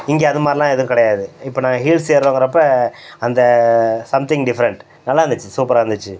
இங்கே அது மாதிரிலாம் எதுவும் கிடையாது இப்போ நான் ஹில்ஸ் ஏறுணுங்கிறப்ப அந்த சம்திங் டிஃப்ரெண்ட் நல்லா இருந்துச்சு சூப்பராக இருந்துச்சு